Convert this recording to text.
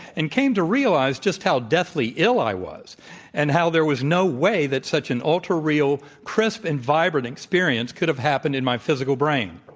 and came to realize just how deathly ill i was and how there was no way that such an ultra-real crisp and vibrant experience could have happened in my physical brain.